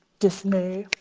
dismay.